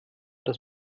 das